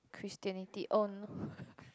Christianity !oh no!